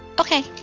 okay